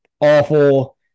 awful